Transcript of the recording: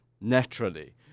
naturally